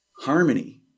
Harmony